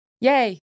Yay